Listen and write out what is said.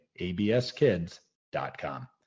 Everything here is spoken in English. abskids.com